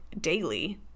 daily